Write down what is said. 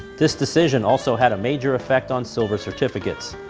this decision also had a major effect on silver certificates.